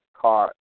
car